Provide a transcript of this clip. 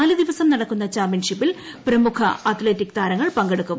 നാല് ദിവസം നടക്കുന്ന ചാമ്പ്യൻഷിപ്പിൽ പ്രമുഖ അത്ലറ്റിക് താരങ്ങൾ പങ്കെടുക്കും